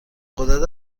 غدد